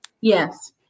yes